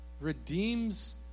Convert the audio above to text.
redeems